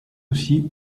aussi